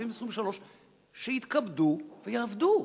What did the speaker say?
ואם זה 23, שיתכבדו ויעבדו.